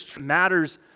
matters